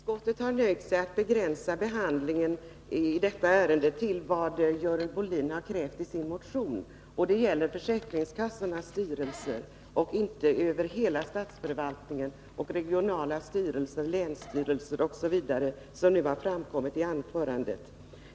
Herr talman! Socialförsäkringsutskottet har nöjt sig med att i det här betänkandet begränsa sig till att behandla vad Görel Bohlin tagit upp isin motion, nämligen försäkringskassornas styrelser. Vi har alltså inte berört hela statsförvaltningen, regionala styrelser, länsstyrelser osv., som Görel Bohlin har berört i sitt anförande.